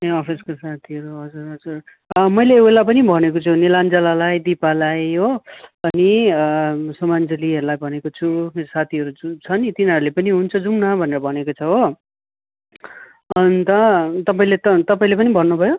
ए अफिसको साथीहरू हजुर हजुर मैले उसलाई पनि भनेको छु निलान्जलालाई दिपालाई हो अनि सुमान्जिलीहरूलाई भनेको छु मेरो साथीहरू छु छ नि तिनीहरूले पनि हुन्छ जाउँ न भनेर भनेको छ हो अन्त तपाईँले त तपाईँले पनि भन्नु भयो